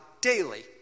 daily